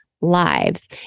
lives